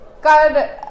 God